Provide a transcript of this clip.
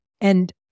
And-